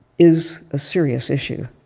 is a serious issue.